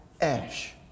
ash